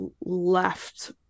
left